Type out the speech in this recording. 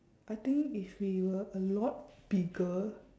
I think if we were a lot bigger